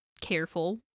careful